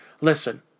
listen